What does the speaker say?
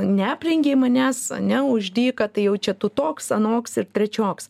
neaprengei manęs ane už dyką tai jau čia tu toks anoks ir trečioks